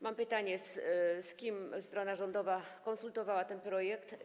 Mam pytanie: Z kim strona rządowa konsultowała ten projekt?